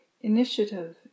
initiative